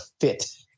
fit